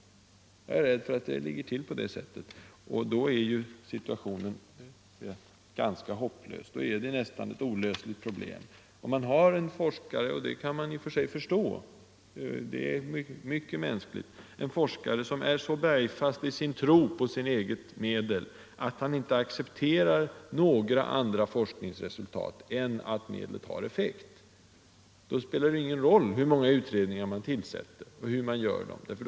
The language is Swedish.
Jag är rädd för att det ligger till på det sättet. Och då är ju situationen ganska hopplös. I så fall har vi ett olösligt problem. Om man har en forskare som är så bergfast i sin tro på sitt eget medel att han inte accepterar några andra forskningsresultat än att medlet har effekt — det är ju mycket mänskligt att ha den inställningen, om man är forskare — så spelar det ingen roll hur många utredningar som tillsätts eller hur utredningarna arbetar.